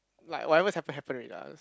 like whatever happen happen already lah